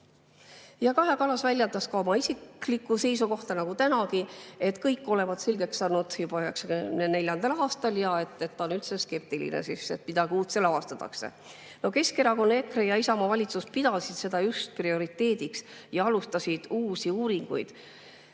Kaja Kallas väljendas ka oma isiklikku seisukohta nagu tänagi, et kõik olevat selgeks saanud juba 1994. aastal ja ta on üldse skeptiline, et midagi uut avastatakse. Keskerakonna, EKRE ja Isamaa valitsus pidas seda just prioriteediks ja alustas uusi uuringuid.